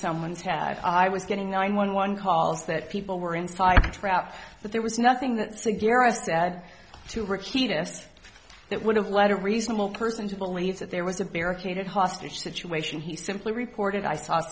someone's head i was getting nine one one calls that people were inspired trapped but there was nothing that cigar us to add to ricky to us that would have led a reasonable person to believe that there was a barricaded hostage situation he simply reported i saw